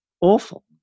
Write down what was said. awful